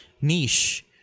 niche